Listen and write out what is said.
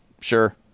sure